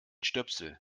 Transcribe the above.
stöpsel